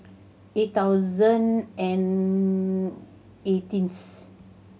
eight thousand and eighteenth